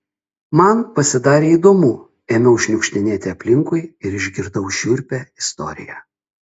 man pasidarė įdomu ėmiau šniukštinėti aplinkui ir išgirdau šiurpią istoriją